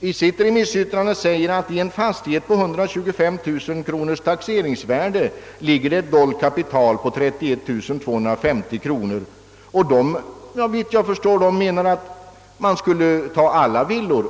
i sitt remissyttrande framhållit, att det i en fastighet med 125 000 kronors taxeringsvärde ligger ett dolt kapital på 31 250 kronor. Länsstyrelsen menar, såvitt jag förstår, att man bör ta med alla villor.